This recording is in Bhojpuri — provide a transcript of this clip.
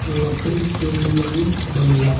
लकड़ी से लुगड़ी बनेला